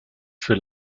für